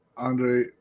Andre